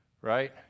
right